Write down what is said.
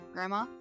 Grandma